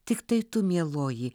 tiktai tu mieloji